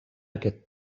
aquest